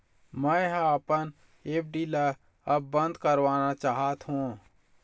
मै ह अपन एफ.डी ला अब बंद करवाना चाहथों